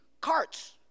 carts